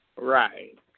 Right